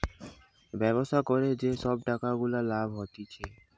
ব্যবসা করে যে সব টাকা গুলা লাভ হতিছে